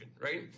right